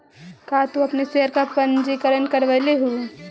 का तू अपन शेयर का पंजीकरण करवलु हे